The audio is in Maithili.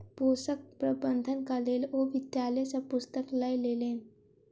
पोषक प्रबंधनक लेल ओ विद्यालय सॅ पुस्तक लय लेलैन